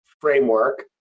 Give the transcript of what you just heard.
framework